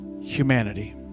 humanity